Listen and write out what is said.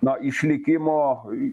na išlikimo